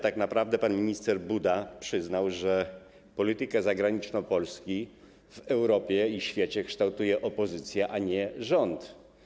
Tak naprawdę pan minister Buda przyznał, że politykę zagraniczną Polski w Europie i świecie kształtuje opozycja, a nie rząd.